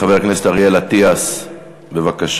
חבר הכנסת אריאל אטיאס, בבקשה.